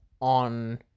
on